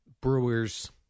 Brewers